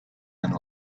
and